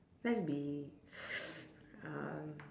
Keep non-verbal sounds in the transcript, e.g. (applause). let's be (noise) um